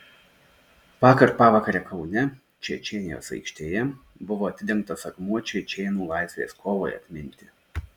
vakar pavakare kaune čečėnijos aikštėje buvo atidengtas akmuo čečėnų laisvės kovai atminti